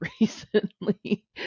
recently